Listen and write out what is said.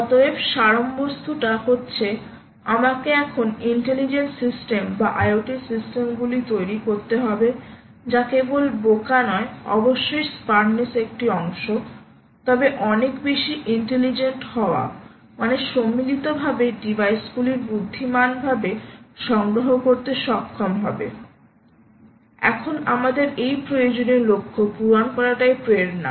অতএব সারবস্তুটা হচ্ছে আমাকে এখন ইন্টেলিজেন্ট সিস্টেম বা IoT সিস্টেমগুলি তৈরিকরতে হবে যা কেবল বোকা নয় অবশ্যই স্মার্টনেস একটি অংশ তবে অনেক বেশি ইন্টেলিজেন্ট হওয়া মানে সম্মিলিতভাবে ডিভাইসগুলির বুদ্ধিমানভাবে সংগ্রহ করতে সক্ষম হবে এখন আমাদের এই প্রয়োজনীয় লক্ষ্য পূরণ করাটাই প্রেরণা